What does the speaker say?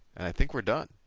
and i think we're done.